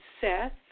Seth